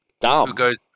Dumb